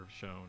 shown